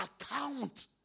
account